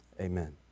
Amen